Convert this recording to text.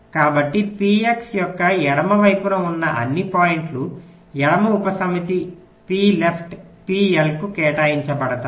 కాబట్టి P x యొక్క ఎడమ వైపున ఉన్న అన్ని పాయింట్లు ఎడమ ఉపసమితి P left P L కు కేటాయించబడతాయి